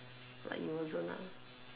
but it wasn't ah